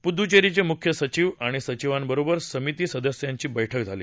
पुदुच्चेरीचे मुख्य सचिव आणि सचिवांबरोबर समिती सदस्यांची बैठक झाली